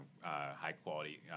high-quality